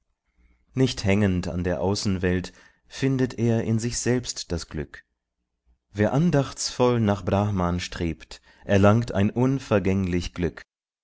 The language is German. nicht hängend an der außenwelt findet er in sich selbst das glück wer andachtsvoll nach brahman strebt erlangt ein unvergänglich glück